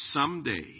someday